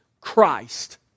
Christ